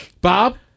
Bob